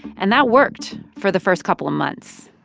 and that worked for the first couple of months.